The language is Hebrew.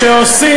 שעושים,